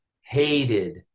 hated